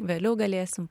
vėliau galėsim